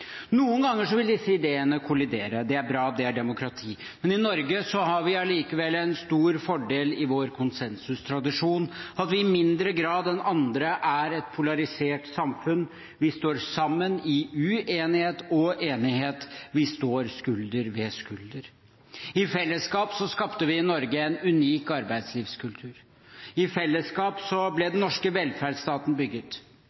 Noen ganger vil disse ideene kollidere. Det er bra, det er demokrati. Men i Norge har vi likevel en stor fordel i vår konsensustradisjon, at vi i mindre grad enn andre er et polarisert samfunn. Vi står sammen i uenighet og i enighet. Vi står skulder ved skulder. I fellesskap skapte vi i Norge en unik arbeidslivskultur. I fellesskap ble